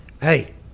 hey